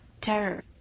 terror